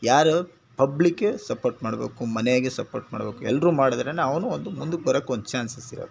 ಯಾರು ಪಬ್ಲಿಕ್ಕೇ ಸಪೋರ್ಟ್ ಮಾಡಬೇಕು ಮನ್ಯಾಗೆ ಸಪೋರ್ಟ್ ಮಾಡಬೇಕು ಎಲ್ಲರೂ ಮಾಡಿದ್ರೇನೆ ಅವನು ಒಂದು ಮುಂದಕ್ಕೆ ಬರೋಕೆ ಒಂದು ಚಾನ್ಸಸ್ಸಿರೋದು